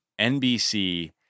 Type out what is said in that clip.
NBC